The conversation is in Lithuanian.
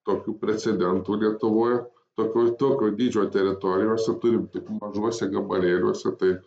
tokių precedentų lietuvoj tokioj tokio dydžio teritorijose turim tik mažuose gabalėliuose tai